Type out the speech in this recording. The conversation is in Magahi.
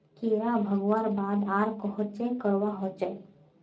कीड़ा भगवार बाद आर कोहचे करवा होचए?